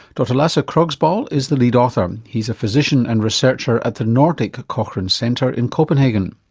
dr lasse krogsboll is the lead author. he's a physician and researcher at the nordic cochrane centre in copenhagen.